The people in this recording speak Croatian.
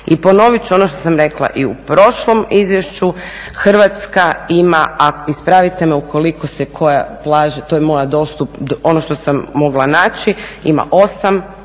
I ponovit ću ono što sam rekla i u prošlom izvješću, Hrvatska ima, a ispravite me ukoliko se koja plaža, ono što sam mogla naći, ima